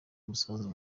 umusanzu